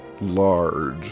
large